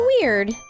weird